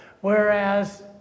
Whereas